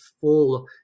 full